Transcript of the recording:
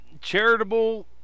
charitable